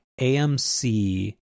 AMC